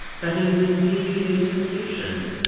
that is indeed a temptation.